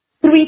Three